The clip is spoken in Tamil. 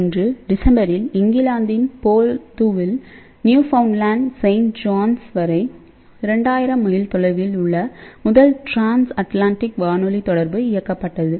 1901 டிசம்பரில் இங்கிலாந்தின் போல்துவிலிருந்து PoldhuUK Newfoundland Saint Johns Newfoundland Saint Johns வரை 2000 மைல் தொலைவில் உள்ள முதல் ட்ரான்ஸ்அட்லாண்டிக் வானொலி தொடர்பு இயக்கப்பட்டது